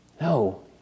No